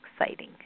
exciting